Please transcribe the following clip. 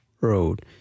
road